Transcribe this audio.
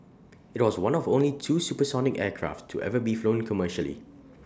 IT was one of only two supersonic aircraft to ever be flown commercially